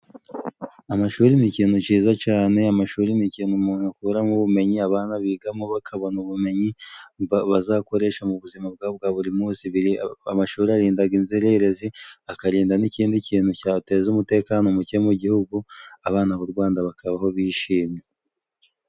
Amashuri ni ikintu ciza cane, amashuri ni ikintu umuntu akuramo ubumenyi abana bigamo bakabona ubumenyi bazakoresha mu buzima bwabo bwa buri munsi, amashuri arindaga inzererezi , akarinda n'ikindi kintu cyateza umutekano muke mu Gihugu , abana b'Urwanda bakabaho bishimye.